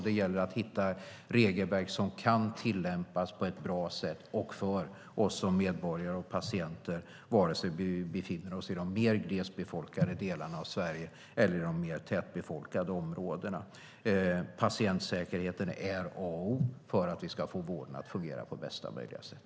Det gäller att hitta regelverk som kan tillämpas på ett bra sätt för oss som medborgare och patienter vare sig vi befinner oss i de mer glesbefolkade delarna eller i de mer tätbefolkade områdena av Sverige. Patientsäkerheten är A och O för att vi ska få vården att fungera på bästa möjliga sätt.